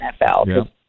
NFL